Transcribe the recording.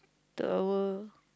tower